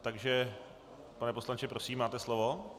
Takže pane poslanče, prosím, máte slovo.